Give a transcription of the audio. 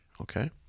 Okay